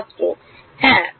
ছাত্র হ্যাঁ